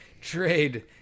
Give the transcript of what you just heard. trade